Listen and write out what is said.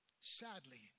sadly